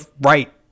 right